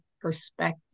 perspective